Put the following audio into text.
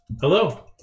Hello